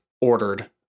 ordered